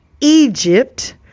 Egypt